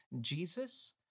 Jesus